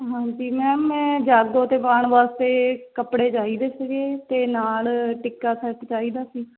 ਹਾਂਜੀ ਮੈਮ ਮੈਂ ਜਾਗੋ 'ਤੇ ਪਾਉਣ ਵਾਸਤੇ ਕੱਪੜੇ ਚਾਹੀਦੇ ਸੀਗੇ ਅਤੇ ਨਾਲ ਟਿੱਕਾ ਸੈੱਟ ਚਾਹੀਦਾ ਸੀ